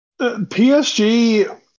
PSG